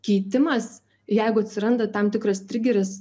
keitimas jeigu atsiranda tam tikras trigeris